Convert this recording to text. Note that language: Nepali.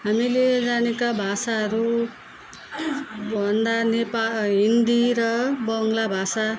हामीले जानेका भाषाहरू भन्दा नेपा हिन्दी र बङ्ग्ला भाषा